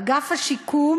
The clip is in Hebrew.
אגף השיקום